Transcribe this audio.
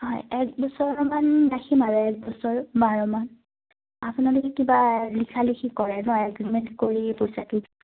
হয় এক বছৰমান ৰাখিম আৰু এক বছৰ বাৰমাহ আপোনালোকে কিবা লিখা লিখি কৰে ন এগ্ৰিমেণ্ট কৰি পইচাটো